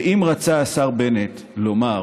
ואם רצה השר בנט לומר